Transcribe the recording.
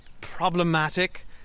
problematic